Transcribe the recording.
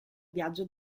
viaggio